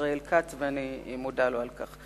ישראל כץ, ואני מודה לו על כך.